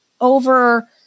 over